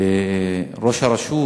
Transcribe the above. וראש הרשות